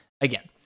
again